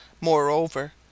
Moreover